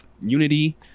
Unity